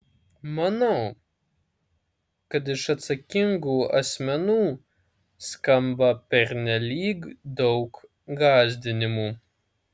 manau kad iš atsakingų asmenų skamba pernelyg daug gąsdinimų